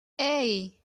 hey